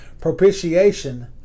propitiation